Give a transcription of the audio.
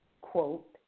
quote